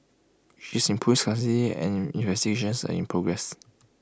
she is in Police custody and investigations are in progress